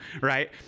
right